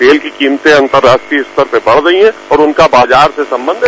तेल की कीमतें अतंर्राष्ट्रीय स्तर पर बढ़ गई है और उनका बाजार से संबंध है